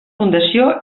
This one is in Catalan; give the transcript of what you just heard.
fundació